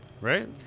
Right